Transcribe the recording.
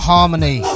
Harmony